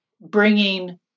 bringing